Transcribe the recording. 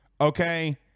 okay